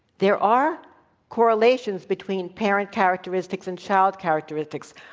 there are correlations between parent characteristics and child characteristics,